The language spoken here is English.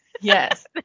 Yes